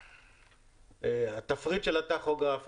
התפריט של הטכוגרף,